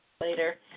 later